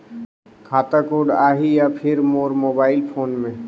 खाता कोड आही या फिर मोर मोबाइल फोन मे?